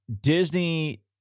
Disney